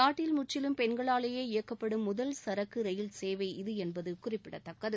நாட்டில் முற்றிலும் பெண்களாலேயே இயக்கப்படும் முதல் சரக்கு ரயில் சேவை இது என்பது குறிப்பிடத்தக்கது